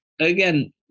again